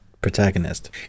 protagonist